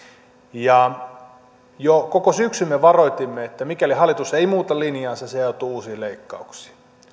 jo koko syksyn me varoitimme että mikäli hallitus ei muuta linjaansa se joutuu uusiin leikkauksiin